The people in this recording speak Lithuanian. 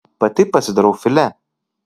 pati pasidarau filė